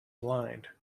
blind